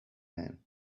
man